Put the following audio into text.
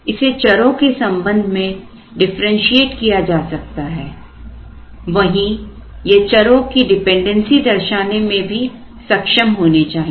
इसे चरों के संबंध में डिफरेंशिएट किया जा सकता है वही ये चरों की डिपेंडेंसी दर्शाने में भी सक्षम होने चाहिए